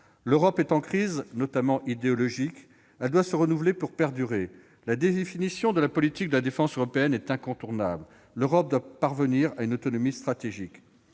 L'Europe est en crise, notamment idéologique. Elle doit se renouveler pour perdurer. La définition de la politique de défense européenne est incontournable, car elle doit parvenir à une autonomie stratégique.